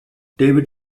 david